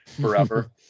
forever